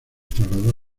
trasladó